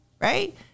right